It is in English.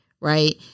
Right